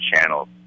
channels